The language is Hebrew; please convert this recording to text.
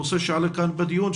נושא שעלה כאן בדיון,